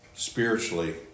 Spiritually